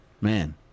Man